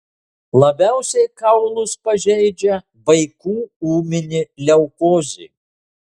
labiausiai kaulus pažeidžia vaikų ūminė leukozė